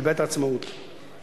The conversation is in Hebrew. של בית-העצמאות,